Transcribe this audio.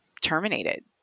terminated